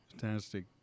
Fantastic